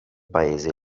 paese